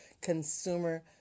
consumer